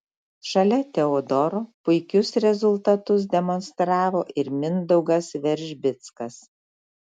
šalia teodoro puikius rezultatus demonstravo ir mindaugas veržbickas